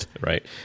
Right